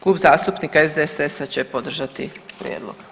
Klub zastupnika SDSS-a će podržati prijedlog.